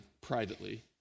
privately